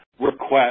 request